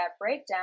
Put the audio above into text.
breakdown